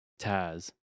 Taz